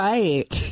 Right